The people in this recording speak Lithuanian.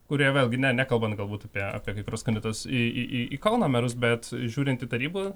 kurie vėlgi ne nekalbant galbūt apie kai kuriuos kandidatus į į į kauno merus bet žiūrint į tarybų